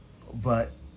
but